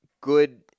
good